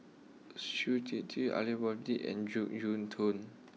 Shui Tit Aidli Mosbit and Jek Yeun Thong